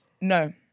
No